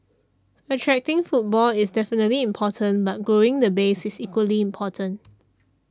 attracting footfall is definitely important but growing the base is equally important